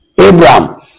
Abraham